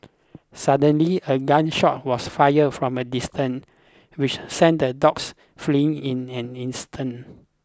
suddenly a gun shot was fired from a distance which sent the dogs fleeing in an instant